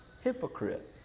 Hypocrite